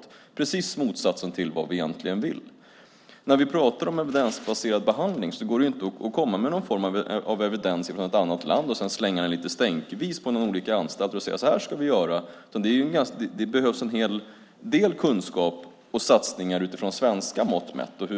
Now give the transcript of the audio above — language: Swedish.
Det är precis motsatsen till vad vi egentligen vill. När vi pratar om evidensbaserad behandling går det inte att komma med någon form av evidens från ett annat land och slänga den lite stänkvis på olika anstalter och säga att "så här ska vi göra". Det behövs en hel del kunskap och satsningar utifrån svenska mått mätt och